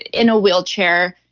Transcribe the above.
in a wheelchair,